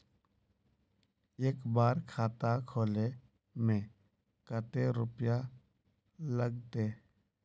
एक बार खाता खोले में कते रुपया लगते?